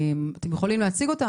אתם יכולים להציג אותה,